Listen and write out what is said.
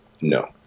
No